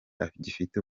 agifite